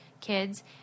kids